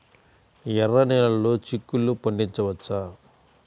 ఎర్ర నెలలో చిక్కుల్లో పండించవచ్చా?